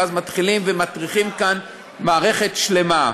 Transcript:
ואז מטריחים כאן מערכת שלמה.